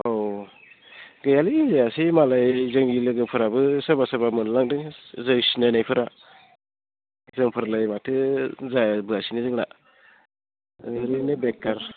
औ गैयालै जायासै मालाय जोंनि लोगोफोराबो सोरबा सोरबा मोनलांदों जों सिनायनायफोरा जोंफोरलाय माथो जाबोआसैनो जोंना ओरैनो बेखार